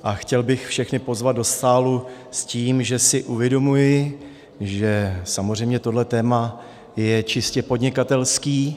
A chtěl bych všechny pozvat do sálu s tím, že si uvědomuji, že samozřejmě tohle téma je čistě podnikatelské.